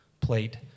plate